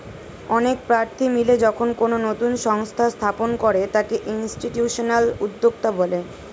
অনেক প্রার্থী মিলে যখন কোনো নতুন সংস্থা স্থাপন করে তাকে ইনস্টিটিউশনাল উদ্যোক্তা বলে